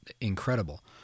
incredible